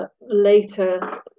later